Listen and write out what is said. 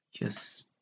Yes